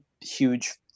huge